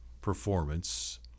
performance